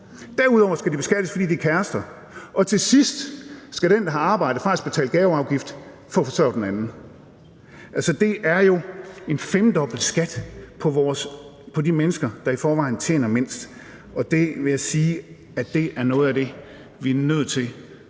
derudover skal de beskattes, fordi de er kærester, og til sidst skal den, der har arbejde, faktisk betale gaveafgift for at forsørge den anden. Altså, det er jo en femdobbelt beskatning af de mennesker, der i forvejen tjener mindst, og det vil jeg sige er noget af det, vi er nødt til at få